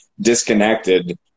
disconnected